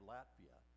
Latvia